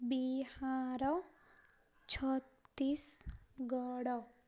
Bihar Chhattisgarh